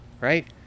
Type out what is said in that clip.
Right